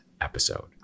episode